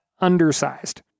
undersized